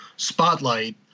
spotlight